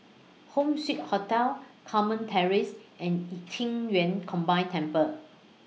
Home Suite Hotel Carmen Terrace and Qing Yun Combined Temple